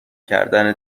کردن